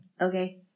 Okay